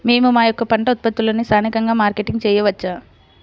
మేము మా యొక్క పంట ఉత్పత్తులని స్థానికంగా మార్కెటింగ్ చేయవచ్చా?